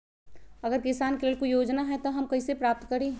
अगर किसान के लेल कोई योजना है त हम कईसे प्राप्त करी?